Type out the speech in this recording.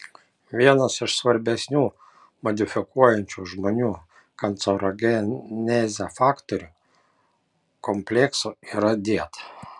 vienas iš svarbesnių modifikuojančių žmonių kancerogenezę faktorių kompleksų yra dieta